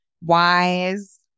wise